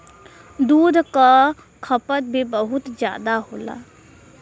दूध क खपत भी बहुत जादा होला